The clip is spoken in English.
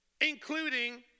including